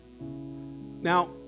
now